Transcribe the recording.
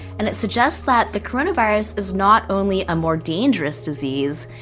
and it suggests that the coronavirus is not only a more dangerous disease,